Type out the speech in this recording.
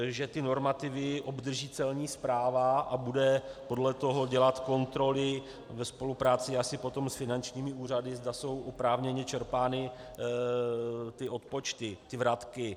Že ty normativy obdrží Celní správa a bude podle toho dělat kontroly ve spolupráci asi potom s finančními úřady, zda jsou oprávněně čerpány odpočty, vratky.